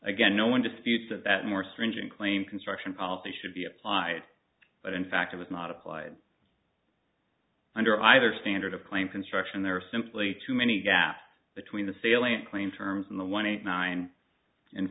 again no one disputes that that more stringent claim construction policy should be applied but in fact it was not applied under either standard of claim construction there are simply too many gaps between the salient claim terms in the one eight nine and